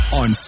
on